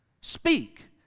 speak